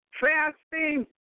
fasting